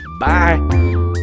Bye